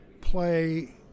play